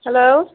hello